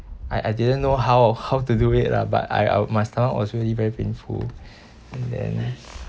I I didn't know how how to do it lah but I I my stomach was really very painful and then